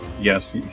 Yes